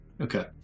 Okay